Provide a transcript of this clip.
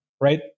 right